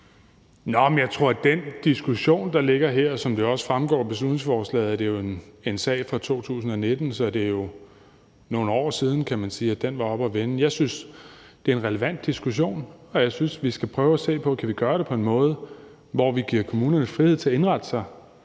Den diskussion, der ligger her, hvilket også fremgår af beslutningsforslaget, er jo en sag fra 2019. Så det er jo nogle år siden, kan man sige, at den var oppe at vende. Jeg synes, det er en relevant diskussion, og jeg synes, vi skal prøve at se på, om vi kan gøre det på en måde, hvor vi giver kommunerne frihed til at indrette sig,